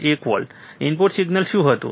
1 volt output signal શું હતું